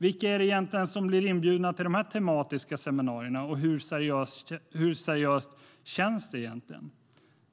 Vilka är det som blir inbjudna till de tematiska seminarierna, och hur seriöst känns det?